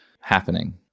happening